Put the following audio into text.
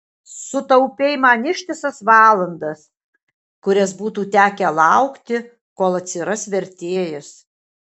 sutaupei man ištisas valandas kurias būtų tekę laukti kol atsiras vertėjas